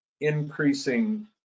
increasing